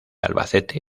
albacete